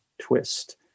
twist